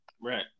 Right